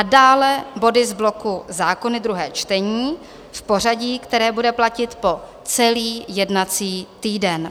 Dále body z bloku zákony druhé čtení v pořadí, které bude platit po celý jednací týden.